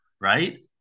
right